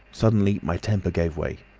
suddenly my temper gave way.